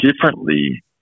differently